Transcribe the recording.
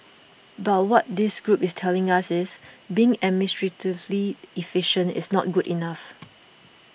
but what this group is telling us is being administratively efficient is not good enough